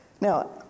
Now